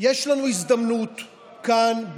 יש לנו הזדמנות כאן,